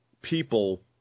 people